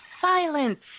silence